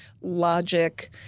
logic